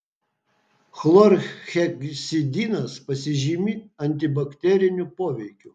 chlorheksidinas pasižymi antibakteriniu poveikiu